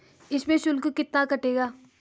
इसमें शुल्क कितना कटेगा?